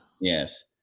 Yes